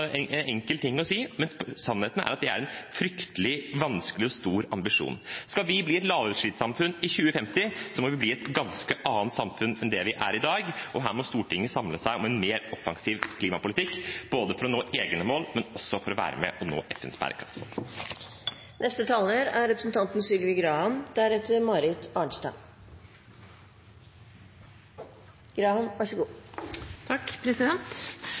fryktelig vanskelig og stor ambisjon. Skal vi bli et lavutslippssamfunn i 2050, må vi bli et ganske annet samfunn enn det vi er i dag. Her må Stortinget samle seg om en mer offensiv klimapolitikk, både for å nå egne mål og for å være med og nå FNs bærekraftsmål. Først vil jeg takke Stortingets president, Thommessen, for å ha reist denne interpellasjonen. Jeg tror det er